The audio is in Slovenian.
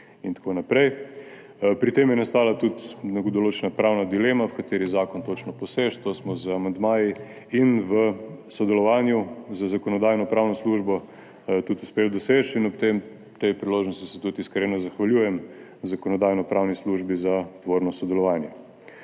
in tako naprej. Pri tem je nastala tudi določena pravna dilema, v kateri zakon točno poseči. To smo z amandmaji in v sodelovanju z Zakonodajno-pravno službo tudi uspeli doseči. In ob tej priložnosti se tudi iskreno zahvaljujem Zakonodajno-pravni službi za tvorno sodelovanje.